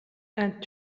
and